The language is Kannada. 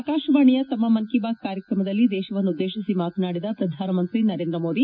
ಆಕಾಶವಾಣಿಯ ತಮ್ನ ಮನ್ ಕಿ ಬಾತ್ ಕಾರ್ಯಕ್ರಮದಲ್ಲಿ ದೇಶವನ್ನು ಉದ್ದೇತಿಸಿ ಮಾತನಾಡಿದ ಪ್ರಧಾನಮಂತ್ರಿ ನರೇಂದ್ರ ಮೋದಿ